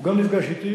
הוא גם נפגש אתי